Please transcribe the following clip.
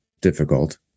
difficult